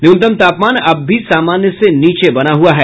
न्यूनतम तापमान अब भी सामान्य से नीचे बना हुआ है